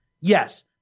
Yes